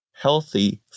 healthy